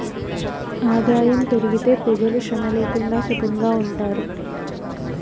ఆదాయం పెరిగితే పెజలు శ్రమ లేక సుకంగా ఉంటారు